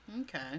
Okay